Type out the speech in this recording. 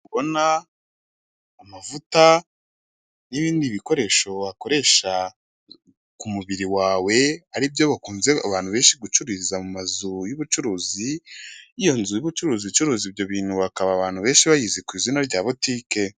Ndabona amavuta, n'ibindi bikoresho wakoresha ku mubiri wawe aribyo abantu benshi bakunze gucururiza mu mazu y'ubucuruzi, iyo nzu y'ubucuruzi icuruza ibyo bintu by'ubucuruzi abantu benshi bakaba bayizi ku izina rya botike.